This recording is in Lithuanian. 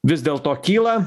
vis dėl to kyla